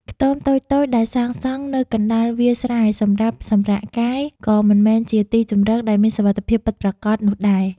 ខ្ទមតូចៗដែលសាងសង់នៅកណ្តាលវាលស្រែសម្រាប់សម្រាកកាយក៏មិនមែនជាទីជម្រកដែលមានសុវត្ថិភាពពិតប្រាកដនោះដែរ។